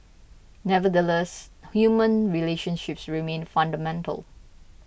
nevertheless human relationships remain fundamental